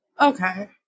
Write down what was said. Okay